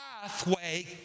pathway